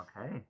Okay